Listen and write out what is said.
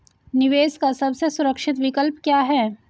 निवेश का सबसे सुरक्षित विकल्प क्या है?